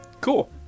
Cool